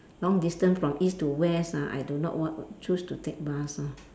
long distance from east to west ah I do not want choose to take bus lah